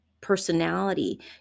personality